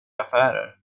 affärer